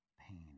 pain